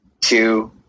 two